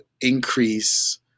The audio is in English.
increase